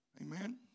Amen